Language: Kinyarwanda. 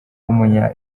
w’umunya